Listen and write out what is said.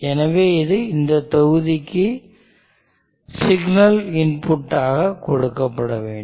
எனவே இது இந்த தொகுதிக்கு சிக்னல் இன்புட் ஆக கொடுக்கப்பட வேண்டும்